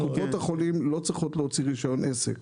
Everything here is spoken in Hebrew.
קופות החולים לא צריכות להוציא רישיון עסק